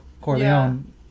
Corleone